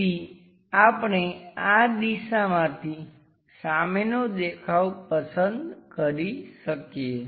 તેથી આપણે આ દિશામાંથી સામેનો દેખાવ પસંદ કરી શકીએ